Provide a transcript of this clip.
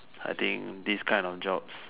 I think this kind of jobs